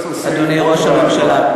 אדוני ראש הממשלה.